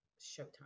Showtime